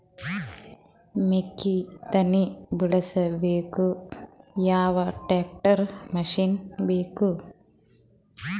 ಮೆಕ್ಕಿ ತನಿ ಬಿಡಸಕ್ ಯಾವ ಟ್ರ್ಯಾಕ್ಟರ್ ಮಶಿನ ಬೇಕು?